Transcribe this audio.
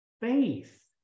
faith